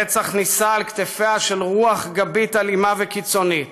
הרצח נישא על כתפיה של רוח גבית אלימה וקיצונית,